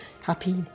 happy